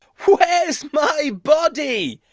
where is my body?